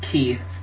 Keith